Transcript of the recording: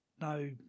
no